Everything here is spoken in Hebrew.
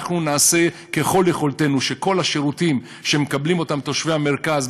אנחנו נעשה ככל יכולתנו שכל השירותים שמקבלים תושבי המרכז,